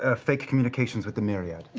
ah fake communications with the myriad.